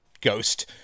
ghost